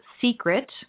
secret